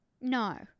No